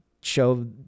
show